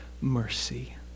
mercy